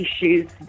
issues